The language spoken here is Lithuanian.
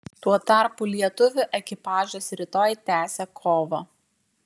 tuo tarpu lietuvių ekipažas rytoj tęsia kovą